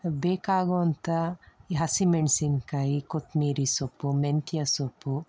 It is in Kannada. ಬೇಕಾಗುವಂಥ ಈ ಹಸಿಮೆಣಸಿನ್ಕಾಯಿ ಕೊತ್ಮಿರಿ ಸೊಪ್ಪು ಮೆಂತ್ಯ ಸೊಪ್ಪು